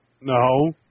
No